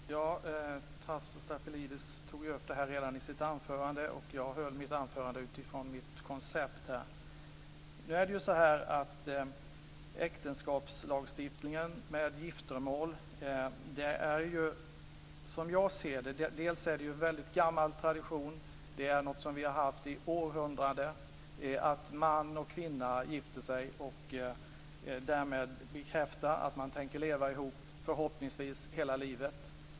Fru talman! Tasso Stafilidis tog upp det här redan i sitt anförande, och jag höll mitt anförande utifrån mitt koncept. Äktenskapslagstiftningen och äktenskapet bygger, som jag ser det, på en väldigt gammal tradition. Vi har i århundraden haft traditionen att man och kvinna gifter sig och därmed bekräftar att man tänker leva ihop, förhoppningsvis hela livet.